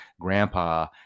grandpa